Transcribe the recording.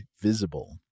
Visible